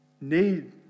need